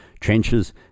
trenches